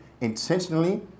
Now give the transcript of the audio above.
intentionally